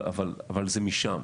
אבל זה משם.